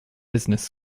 business